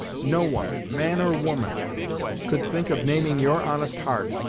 no one man or woman could think of naming your honest heart,